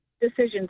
decisions